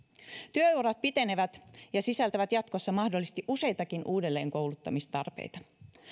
työurat pitenevät ja sisältävät jatkossa mahdollisesti useitakin uudelleenkouluttamistarpeita